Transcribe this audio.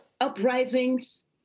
uprisings